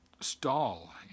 stall